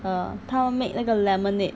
err 他 make 那个 lemonade